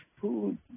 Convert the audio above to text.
food